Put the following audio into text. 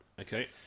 Okay